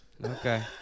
Okay